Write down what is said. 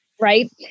Right